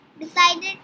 decided